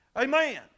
Amen